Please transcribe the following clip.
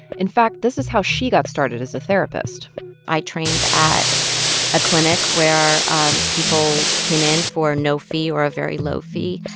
in fact, this is how she got started as a therapist i trained at a clinic where um people came in for no fee or a very low fee,